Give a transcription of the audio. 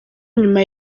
nyuma